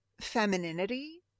femininity